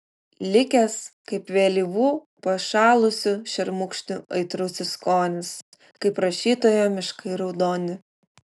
likęs kaip vėlyvų pašalusių šermukšnių aitrusis skonis kaip rašytojo miškai raudoni